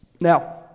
Now